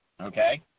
Okay